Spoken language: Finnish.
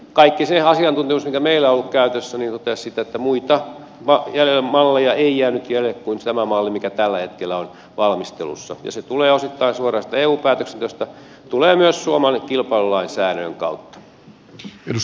mutta kaikki se asiantuntemus mikä meillä on ollut käytössä totesi sitten että muita malleja ei jäänyt jäljelle kuin tämä malli mikä tällä hetkellä on valmistelussa ja se tulee osittain suoraan siitä eu päätöksenteosta ja tulee myös suomen kilpailulainsäädännön kautta